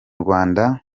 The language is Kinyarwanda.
rwanda